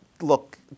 look